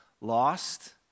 lost